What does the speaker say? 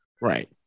Right